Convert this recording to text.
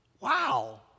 Wow